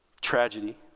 tragedy